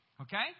Okay